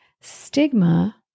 Stigma